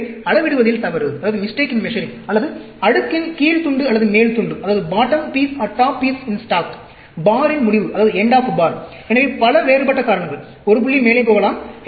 எனவே அளவிடுவதில் தவறு அல்லது அடுக்கின் கீழ் துண்டு அல்லது மேல் துண்டு பாரின் முடிவு எனவே பல வேறுபட்ட காரணங்கள் ஒரு புள்ளி மேலே போகலாம்